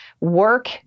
work